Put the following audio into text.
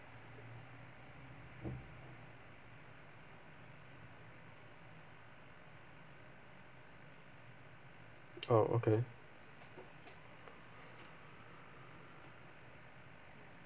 oh okay